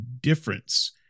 difference